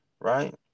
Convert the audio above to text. right